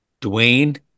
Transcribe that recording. Dwayne